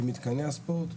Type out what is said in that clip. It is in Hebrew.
של מתקני הספורט.